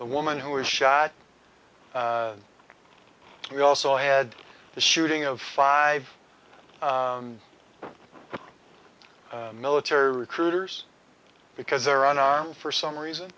the woman who was shot we also had the shooting of five military recruiters because they're on arm for some reason